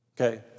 Okay